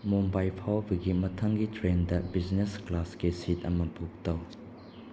ꯃꯨꯝꯕꯥꯏ ꯐꯥꯎꯕꯒꯤ ꯃꯊꯪꯒꯤ trend business ꯀ꯭ꯂꯥꯁꯀꯤ ꯁꯤꯠ ꯑꯃ ꯕꯨꯛ ꯇꯧ